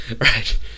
Right